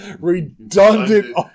redundant